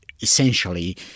essentially